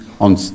on